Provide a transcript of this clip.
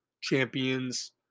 champions